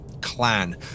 clan